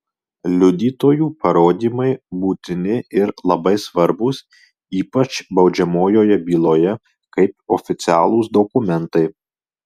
liudytojų parodymai būtini ir labai svarbūs ypač baudžiamojoje byloje kaip oficialūs dokumentai